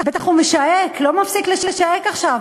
בטח הוא משהק, לא מפסיק לשהק עכשיו.